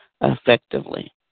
effectively